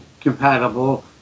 compatible